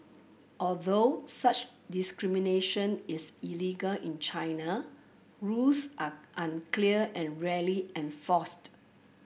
although such discrimination is illegal in China rules are unclear and rarely enforced